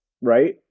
right